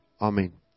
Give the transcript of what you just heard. Amen